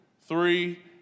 Three